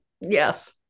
yes